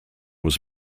was